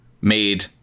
made